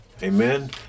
Amen